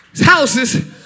houses